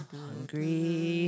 hungry